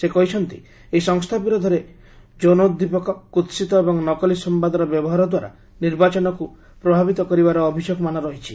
ସେ କହିଛନ୍ତି ଏହି ସଂସ୍ଥା ବିରୋଧରେ ଯୌନୋଦ୍ଦିପକ କୁହିତ ଏବଂ ନକଲି ସମ୍ଭାଦର ବ୍ୟବହାରଦ୍ୱାରା ନିର୍ବାଚନକୁ ପ୍ରଭାବିତ କରିବାର ଅଭିଯୋଗ ମାନ ରହିଛି